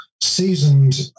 seasoned